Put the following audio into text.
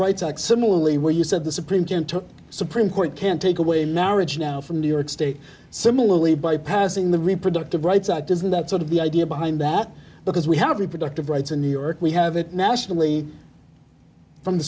rights act similarly where you said the supreme gentile supreme court can take away marriage now from new york state similarly bypassing the reproductive rights act doesn't that sort of the idea behind that because we have reproductive rights in new york we have it nationally from the